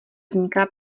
vzniká